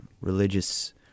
religious